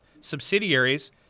subsidiaries